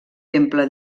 temple